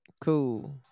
cool